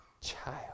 child